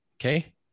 okay